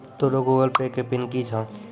तोरो Google Pay के pin कि छौं?